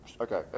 Okay